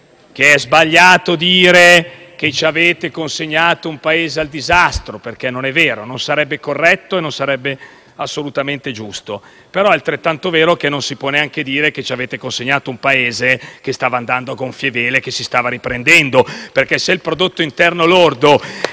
che è sbagliato dire che ci avete consegnato un Paese al disastro - non è vero, non sarebbe corretto e non sarebbe assolutamente giusto - è altrettanto vero che non si può neanche dire che ci avete consegnato un Paese che stava andando a gonfie vele e si stava riprendendo. *(Applausi dai Gruppi